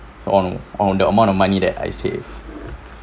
on on the amount of money that I save